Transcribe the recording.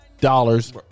Dollars